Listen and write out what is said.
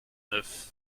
neuf